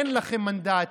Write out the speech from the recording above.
אין לכם מנדט.